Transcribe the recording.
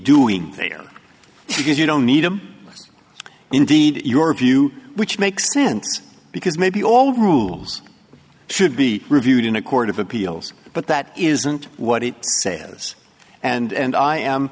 doing they are because you don't need them indeed your view which makes sense because maybe all rules should be reviewed in a court of appeals but that isn't what it says and i am